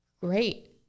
Great